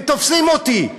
הם תופסים אותי.